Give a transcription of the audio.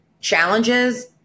challenges